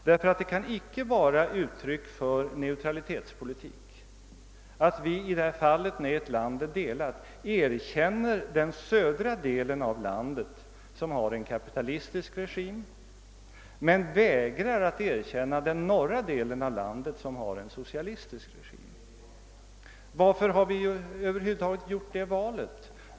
Det kan icke vara något uttryck för neutralitetspolitik att vi när ett land är delat erkänner den södra delen, som har en kapitalistisk regim, men vägrar att erkänna den norra delen, som har en socialistisk regim. Varför har vi över huvud taget gjort det valet?